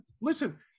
listen